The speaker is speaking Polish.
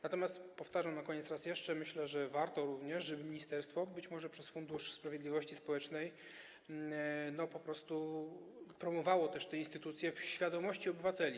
Natomiast powtarzam na koniec raz jeszcze: myślę, że warto również, żeby ministerstwo, być może przez fundusz sprawiedliwości społecznej, promowało te instytucje w świadomości obywateli.